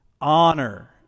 Honor